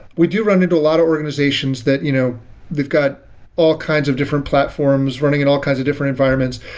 we do run into a lot of organizations that you know we've got all kinds of different platforms running in all kinds of different environments.